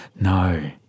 no